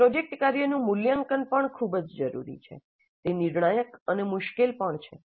project કાર્યનું મૂલ્યાંકન પણ ખૂબ જ જરૂરી છે તે નિર્ણાયક અને મુશ્કેલ પણ છે